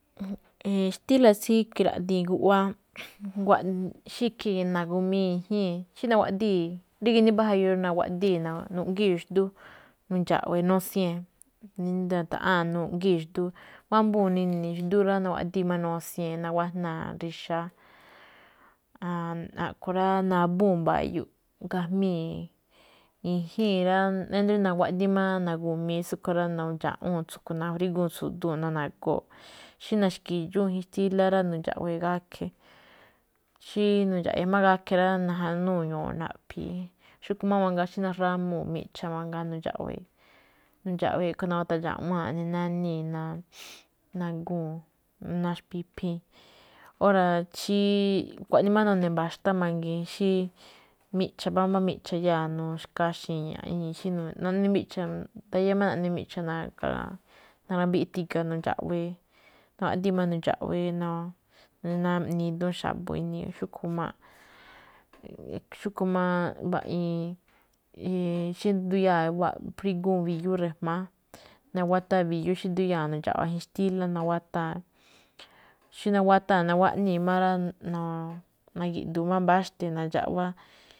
Xtíla̱ tsí kiraꞌdiin guꞌwáá, guꞌwáá, xí ikhii̱n na̱gu̱mii i̱jii̱n, xí nawaꞌdii̱, rí ginii mbájayu nawaꞌdii̱, nuꞌgíi̱ xndú, nundxa̱ꞌwe̱e̱, nusie̱n, na̱ta̱ꞌaa̱n nuꞌgíi̱ xndú, wámbuu̱n nini̱i̱ xndú rá, nawaꞌdii̱ máꞌ nosien nawajna̱a̱ rixa̱á. a̱ꞌkhue̱n rá nabúu̱n mba̱yo̱ꞌ gajmíi̱n i̱jíi̱n rá. Ído̱ nawaꞌdi̱í na̱gu̱mii tsúꞌkhue̱n rá, a̱ꞌkhue̱n rá, nundxa̱ꞌúu̱n tsúꞌkhue̱n nafrígúun tsu̱dúu̱n ná nagóo̱. Xí na̱xki̱dxúún i̱jín xtílá rá, nu̱ndxa̱ꞌwe̱e̱ gakhe̱. Xí nu̱ndxa̱ꞌwe̱e̱ gakhe̱ máꞌ rá, najanúu̱ ño̱o̱n naꞌphi̱i̱. Xúꞌkhue̱n máꞌ mangaa xí najrámuu̱ miꞌcha̱ nu̱ndxawe̱e̱. Rí nu̱ndxaꞌwe̱e̱ a̱ꞌkhue̱n nutandxa̱ꞌwáa̱n eꞌne náníi̱ nagu̱u̱n xpíphíi̱n. Óra̱ xí, xkuaꞌnii máꞌ none̱ mba̱xtá mangiin, xí micha̱, mbámbá miꞌcha̱ iyáa̱, nuxkaxi̱i̱ ña̱ꞌñíi̱, xí ndayá máꞌ naꞌne micha̱, nambiꞌi ti̱ga̱ nu̱ndxa̱ꞌwe̱e̱. Naguaꞌdii̱ ma̱ꞌ nundxa̱ꞌwe̱e̱, naꞌni̱i̱ idúún xa̱bo̱ ini̱i̱, xúꞌkhue̱n máꞌ, xúꞌkhue̱n máꞌ, mbaꞌiin, nduyáa̱ frigúun mbi̱yú ri̱jma̱á, nawataa mbi̱yú xí nduyáa̱ nu̱ndxa̱ꞌwa̱ i̱jín xtílá, nawataa̱n. Xí nawataa̱n naguaꞌnii̱ máꞌ rá. nagíꞌdu̱u̱ máꞌ mbáxte̱ nandxaꞌwá.